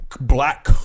black